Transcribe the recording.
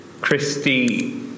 Christie